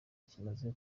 kimaze